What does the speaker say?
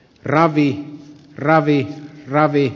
ravi ravi ravit